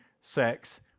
sex